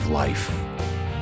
life